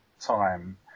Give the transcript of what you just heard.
time